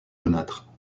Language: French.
jaunâtre